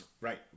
right